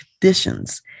conditions